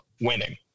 winning